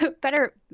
better